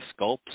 sculpts